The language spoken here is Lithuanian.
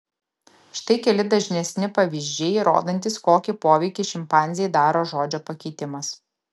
štai keli dažnesni pavyzdžiai rodantys kokį poveikį šimpanzei daro žodžio pakeitimas